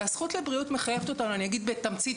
הזכות לבריאות מחייבת אותנו ואני אגיד ממש בתמצית,